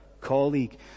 colleague